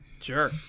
sure